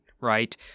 right